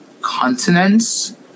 continents